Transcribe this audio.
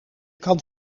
kan